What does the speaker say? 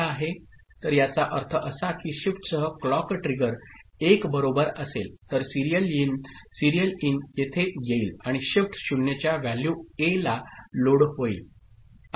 तर याचा अर्थ असा की शिफ्टसह क्लॉक ट्रिगर 1 बरोबर असेल तर सिरियल इन येथे येईल आणि शिफ्ट 0 च्या व्हॅल्यू ए ला लोड होईल